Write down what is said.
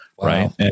right